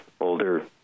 older